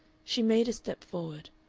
she made a step forward.